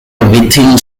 within